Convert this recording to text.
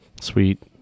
Sweet